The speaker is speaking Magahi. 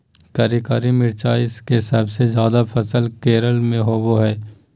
करिककी मिरचाई के सबसे ज्यादा फसल केरल में होबो हइ